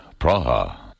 Praha. (